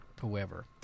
whoever